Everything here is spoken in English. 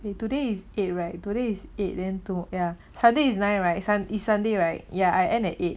they today is eight right today is eight then to ya sunday is nine right sun~ is sunday right ya I end at eight